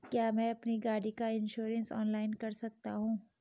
क्या मैं अपनी गाड़ी का इन्श्योरेंस ऑनलाइन कर सकता हूँ?